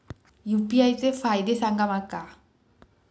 UPI चे फायदे सांगा माका?